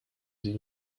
sie